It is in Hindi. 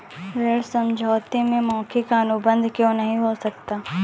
ऋण समझौते में मौखिक अनुबंध क्यों नहीं हो सकता?